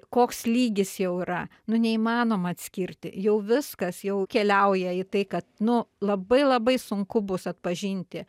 koks lygis jau yra nu neįmanoma atskirti jau viskas jau keliauja į tai kad nu labai labai sunku bus atpažinti